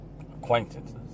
acquaintances